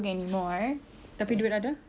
I've been talking